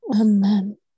Amen